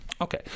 Okay